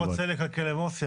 לא רוצה לקלקל למוסי,